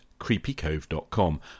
creepycove.com